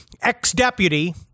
Ex-deputy